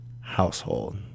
household